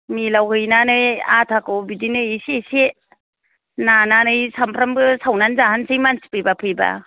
मिलाव हैनानै आटाखौ बिदिनो एसे एसे नानानै सानफ्रामबो सावनानै जाहोनोसै मानसि फैबा फैबा